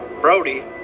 Brody